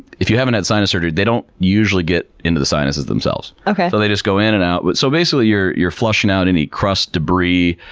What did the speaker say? if you haven't had sinus surgery, they don't usually get into the sinuses themselves. so, they just go in and out. but so basically, you're you're flushing out any crust debris,